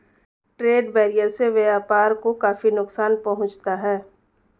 trade barrier से व्यापार को काफी नुकसान पहुंचता है